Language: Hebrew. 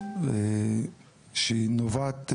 שהיא נובעת,